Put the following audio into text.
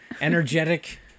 Energetic